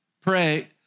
Pray